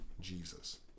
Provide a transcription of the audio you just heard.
Jesus